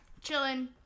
chilling